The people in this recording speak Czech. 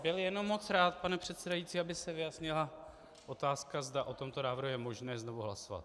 Já bych byl jenom moc rád, pane předsedající, aby se vyjasnila otázka, zda o tomto návrhu je možné znovu hlasovat.